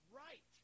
right